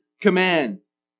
commands